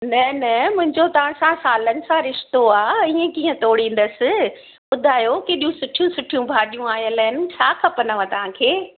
न न मुंहिंजो तव्हांसां सालनि सां रिश्तो आहे हीअं कीअं तोड़ींदसि ॿुधायो कहिड़ियूं सुठियूं सुठियूं भाॼियूं आयलि आहिनि छा खपंदव तव्हांखे